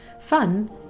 Fun